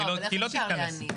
לא, אבל איך אפשר להניח?